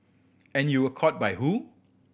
and you were caught by who